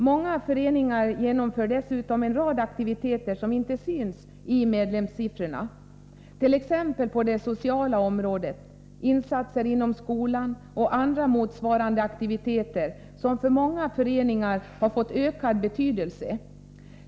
Många föreningar genomför en rad aktiviteter som inte syns i medlemssiffror, t.ex. på det sociala området, insatser inom skolan och andra motsvarande aktiviteter som för många föreningar har fått ökad betydelse.